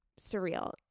surreal